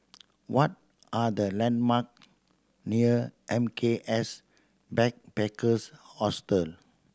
what are the landmark near M K S Backpackers Hostel